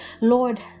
Lord